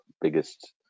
biggest